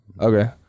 Okay